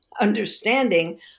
understanding